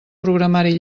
programari